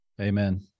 amen